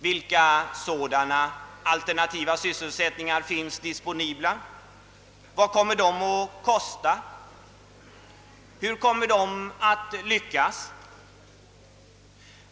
Vilka sådana alternativa sysselsättningar finns? Vad kommer de att kosta? Hur kommer de att lyckas?